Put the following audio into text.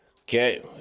Okay